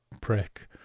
prick